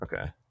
Okay